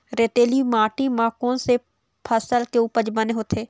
रेतीली माटी म कोन से फसल के उपज बने होथे?